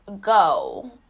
go